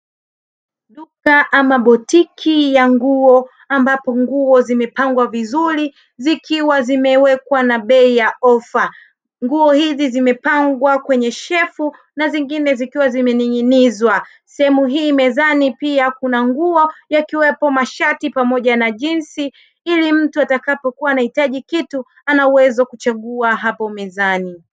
Duka ama botiki ya nguo ambapo nguo zimepangwa vizuri zikiwa zimewekwa na bei ya ofa. Nguo hizi zimepangwa kwenye shefu na zingine zikiwa zimening'inizwa. Sehemu hii mezani pia kuna nguo yakiwemo mashati pamoja na jinsi ili mtu atakapo kuwa anahitaji kitu ana uwezo kuchagua hapo mezani.